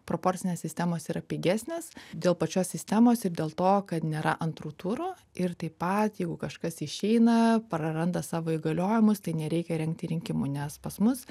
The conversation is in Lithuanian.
proporcinės sistemos yra pigesnės dėl pačios sistemos ir dėl to kad nėra antrų turų ir taip pat jeigu kažkas išeina praranda savo įgaliojimus tai nereikia rengti rinkimų nes pas mus